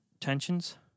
tensions